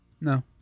No